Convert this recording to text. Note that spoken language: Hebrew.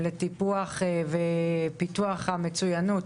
לטיפוח ופיתוח המצוינות